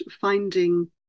finding